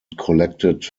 collected